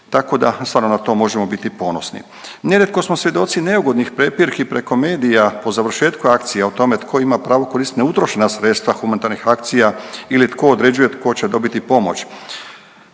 tako da stvarno na to možemo biti ponosni. Nerijetko smo svjedoci neugodnih prepirki preko medija po završetku akcija o tome tko ima pravo koristit neutrošena sredstva humanitarnih akcija ili tko određuje tko će dobiti pomoć.